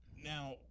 Now